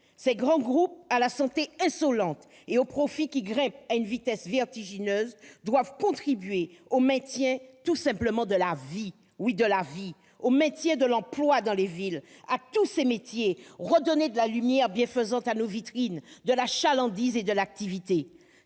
Ces grands groupes, à la santé insolente et aux profits qui grimpent à une vitesse vertigineuse, doivent contribuer au maintien tout simplement de la vie- oui, de la vie ! -et au maintien de l'emploi dans les villes, à tous ces métiers : il faut redonner de la lumière bienfaisante à nos vitrines, de la chalandise et de l'activité.